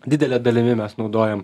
didele dalimi mes naudojam